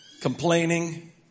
complaining